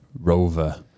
rover